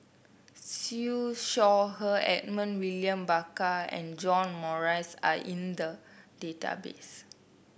Siew Shaw Her Edmund William Barker and John Morrice are in the database